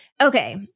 Okay